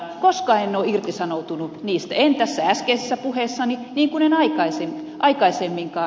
koskaan en ole irtisanoutunut niistä en äskeisessä puheessani niin kuin en aikaisemminkaan